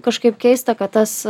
kažkaip keista kad tas